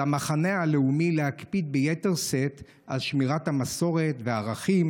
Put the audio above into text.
על המחנה הלאומי להקפיד ביתר שאת על שמירת המסורת והערכים,